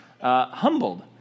humbled